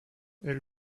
elle